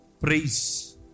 Praise